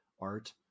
art